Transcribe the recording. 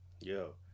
Yo